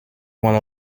one